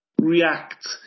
react